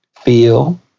feel